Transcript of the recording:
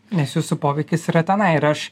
nes jūsų poveikis yra tenai ir aš